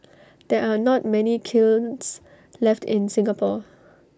there are not many kilns left in Singapore